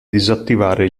disattivare